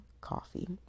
coffee